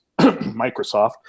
Microsoft